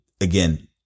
again